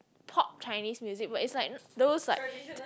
top Chinese music but it's like those like